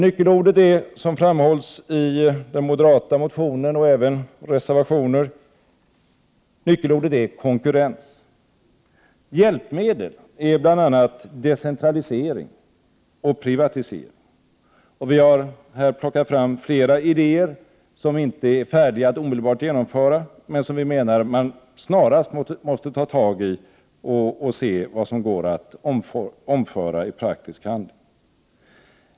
Nyckelordet är, som framhålls i den moderata motionen och även i reservationer, konkurrens. Hjälpmedel är bl.a. decentralisering och privatisering. Vi har här plockat fram flera idéer, som inte är färdiga att genomföra omedelbart men som vi menar att man snarast måste ta tag i för att se vad som går att omsätta i praktisk handling.